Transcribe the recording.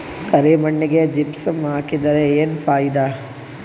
ಕರಿ ಮಣ್ಣಿಗೆ ಜಿಪ್ಸಮ್ ಹಾಕಿದರೆ ಏನ್ ಫಾಯಿದಾ?